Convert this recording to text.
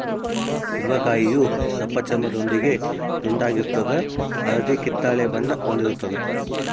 ಕುಂಬಳಕಾಯಿಯು ದಪ್ಪಚರ್ಮದೊಂದಿಗೆ ದುಂಡಾಗಿರ್ತದ ಹಳದಿ ಕಿತ್ತಳೆ ಬಣ್ಣ ಹೊಂದಿರುತದ